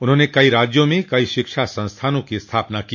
उन्होंने कई राज्यों में कई शिक्षा संस्थानों की स्थापना की